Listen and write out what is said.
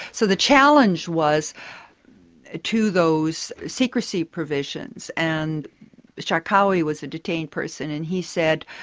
so the challenge was ah to those secrecy provisions, and charkaoui was a detained person, and he said,